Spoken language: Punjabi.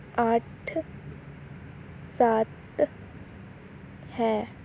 ਅੱਠ ਸੱਤ ਹੈ